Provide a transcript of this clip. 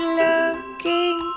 looking